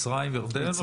מצרים וירדן?